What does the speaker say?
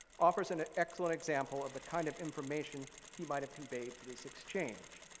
offers an excellent example of the kind of information he might have conveyed to this exchange.